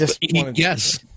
Yes